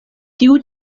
tiu